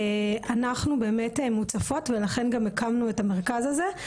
אנחנו באמת מוצפות ולכן גם הקמנו את המרכז הזה.